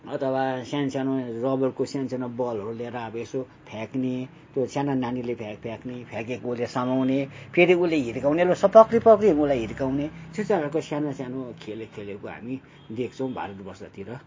अथवा सानो सानो रबरको सानो सानो बलहरू लिएर अब यसो फ्याँक्ने त्यो सानो नानीले फ्याँक्ने फ्याकेको उसले समाउने फेरि उसले हिर्काउँने बेला पक्रिपक्रि उल्लाई हिर्काउने त्यस्तो खालको सानो सानो खेल खेलेको हामी देख्छौं भारतवर्षतिर